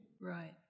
Right